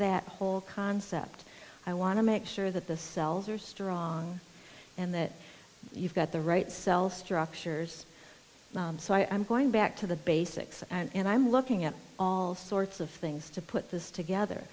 that whole concept i want to make sure that the cells are strong and that you've got the right cell structures so i'm going back to the basics and i'm looking at all sorts of things to put this together